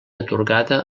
atorgada